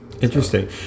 interesting